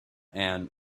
and